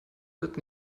wird